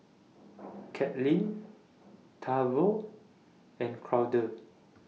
Katelynn Tavon and Claude